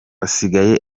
asigaye